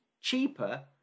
cheaper